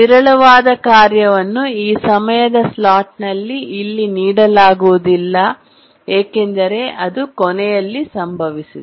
ವಿರಳವಾದ ಕಾರ್ಯವನ್ನು ಈ ಸಮಯದ ಸ್ಲಾಟ್ನಲ್ಲಿ ಇಲ್ಲಿ ನೀಡಲಾಗುವುದಿಲ್ಲ ಏಕೆಂದರೆ ಅದು ಕೊನೆಯಲ್ಲಿ ಸಂಭವಿಸಿದೆ